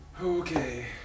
Okay